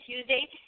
Tuesday